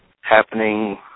happening